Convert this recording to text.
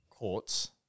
Courts